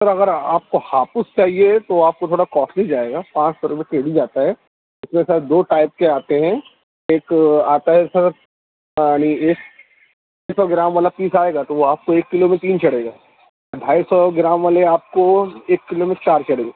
سر اگر آپ کو ہاپس چاہیے تو آپ کو تھوڑا کوسٹلی جائے گا پانچ سو روپے کے جی جاتا ہے اس میں سر دو ٹائپ کے آتے ہیں ایک آتا ہے سر یعنی ایک سو گرام والا پیس آئے گا تو وہ آپ کو ایک کلو پہ تین چڑھے گا ڈھائی سو گرام والے آپ کو ایک کلو میں چار چڑھیں گے